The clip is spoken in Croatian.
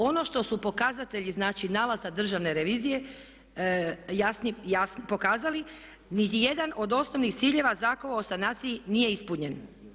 Ono što su pokazatelji, znači nalaza Državne revizije pokazali ni jedan od osnovnih ciljeva Zakona o sanaciji nije ispunjen.